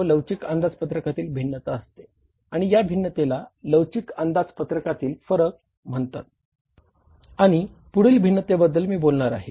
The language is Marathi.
आणि पुढील भिन्नतेबद्दल मी बोलणार आहे